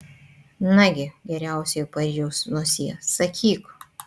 nagi geriausioji paryžiaus nosie sakyk